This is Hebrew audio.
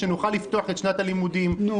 שנוכל לפתוח את שנת הלימודים -- נו?